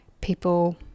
people